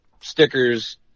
stickers